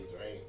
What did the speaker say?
right